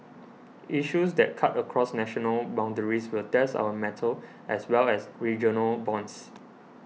issues that cut across national boundaries will test our mettle as well as regional bonds